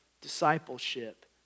discipleship